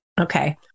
Okay